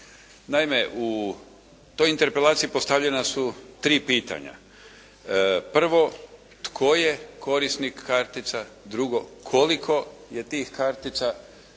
Naime, u toj interpelaciji postavljena su tri pitanja. Prvo, tko je korisnik kartica. Drugo, koliko je tih kartica